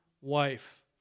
wife